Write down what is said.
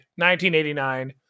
1989